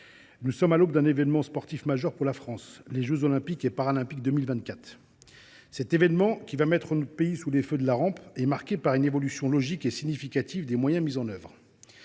nous sommes à l’aube d’un événement sportif majeur pour la France, les jeux Olympiques et Paralympiques de 2024. Cet événement, qui va mettre notre pays sous les feux de la rampe, se traduit par une évolution logique et significative des moyens mis en œuvre.